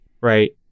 right